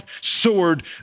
sword